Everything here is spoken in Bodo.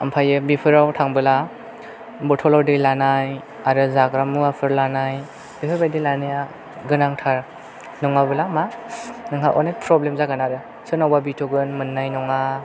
ओमफ्राय बेफोराव थांब्ला बथल आव दै लानाय आरो जाग्रा मुवाफोर लानाय बेफोरबायदि लानाया गोनांथार नङाब्ला मा नोंहा अनेक प्रब्लेम जागोन आरो सोरनावबा बिथ'गोन मोननाय नङा